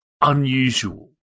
unusual